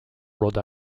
rhode